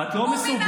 הוא מינה את